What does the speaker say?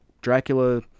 Dracula